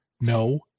no